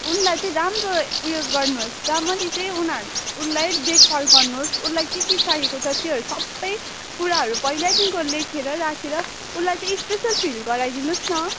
उनलाई चाहिँ राम्रो उयो गर्नुहोस् राम्ररी चाहिँ उनीहरू उसलाई देखभाल गर्नुहोस् उसलाई के के चाहिएको छ त्योहरू सबै कुराहरू पहिल्यैदेखिको लेखेर राखेर उसलाई चाहिँ स्पेसल फिल गराइदिनु होस् न